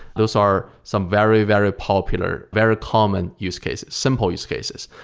those are some very, very popular, very common use cases, simple use cases.